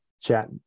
Chat